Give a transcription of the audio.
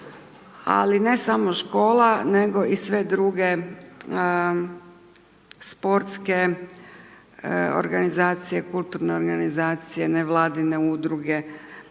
ali ne samo škola nego i sve druge sportske organizacije, kulturne organizacije, nevladine udruge,